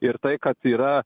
ir tai kad yra